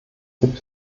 gibt